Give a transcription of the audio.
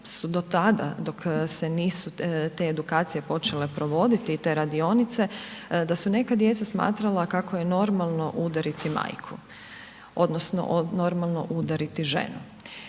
su do tada dok se nisu te edukacije počele provoditi i te radionice, da su neka djeca smatrala kako je normalno udariti majku odnosno normalno udariti ženu.